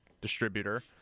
distributor